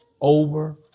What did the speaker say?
over